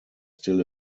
still